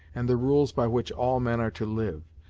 and the rules by which all men are to live,